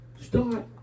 start